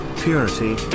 purity